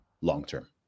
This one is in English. long-term